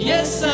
Yes